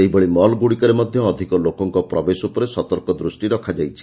ସେହିଭଳି ମଲ୍ ଗୁଡ଼ିକରେ ମଧ୍ଧ ଅଧିକ ଲୋକଙ୍କ ପ୍ରବେଶ ଉପରେ ସତର୍କ ଦୃଷ୍ଟି ରଖାଯାଇଛି